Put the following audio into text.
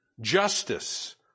Justice